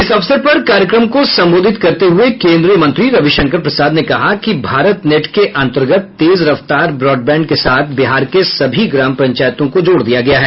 इस अवसर पर कार्यक्रम को संबोधित करते हुये केन्द्रीय मंत्री रविशंकर प्रसाद ने कहा कि भारत नेट के अंतर्गत तेज रफ्तार ब्रॉडबैंड के साथ बिहार के सभी ग्राम पंचायतों को जोड़ दिया गया है